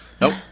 Nope